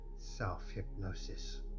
self-hypnosis